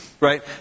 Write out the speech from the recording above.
right